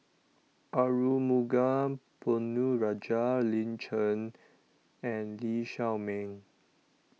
Arumugam Ponnu Rajah Lin Chen and Lee Shao Meng